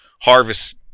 harvest